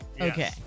Okay